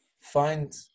find